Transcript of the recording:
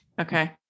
Okay